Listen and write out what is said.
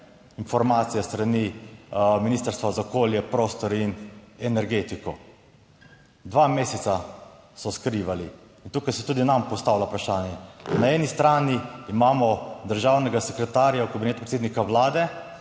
informacija s strani Ministrstva za okolje, prostor in energetiko, dva meseca so skrivali in tukaj se tudi nam postavlja vprašanje, na eni strani imamo državnega sekretarja v kabinetu predsednika vlade,